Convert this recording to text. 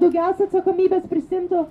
daugiausiai atsakomybės prisiimtų